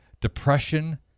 Depression